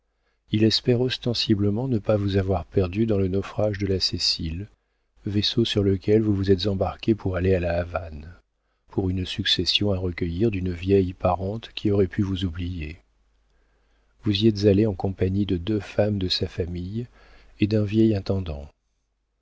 il espère ostensiblement ne pas vous avoir perdue dans le naufrage de la cécile vaisseau sur lequel vous vous êtes embarquée pour aller à la havane pour une succession à recueillir d'une vieille parente qui aurait pu vous oublier vous y êtes allée en compagnie de deux femmes de sa famille et d'un vieil intendant